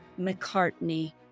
McCartney